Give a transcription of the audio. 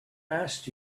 asked